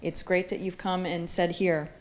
it's great that you've come and said here